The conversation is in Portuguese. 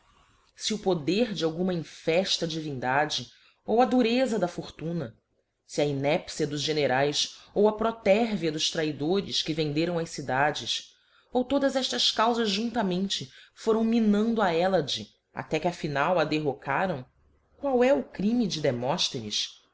se o poder de alguma infefta divindade ou a durefa da fortuna fe a inépcia dos generaes ou a protervia dos traidores que venderam as cidades ou todas eftás caufas juntamente foram minando a hellade até que a final a derrocaram qual é o crime de demofthenes